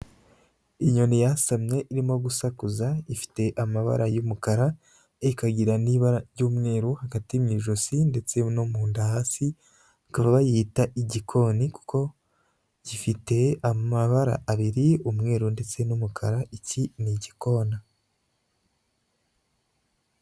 Inyoni yasamye irimo gusakuza ifite amabara y'umukara ikagira n'ibara ry'umweru hagati mu ijosi ndetse no mu nda hasi, bakaba bayita igikoni kuko gifite amabara abiri umweru ndetse n'umukara, iki ni igikona.